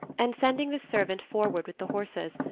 and sending the servant forward with the horses,